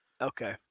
Okay